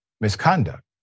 misconduct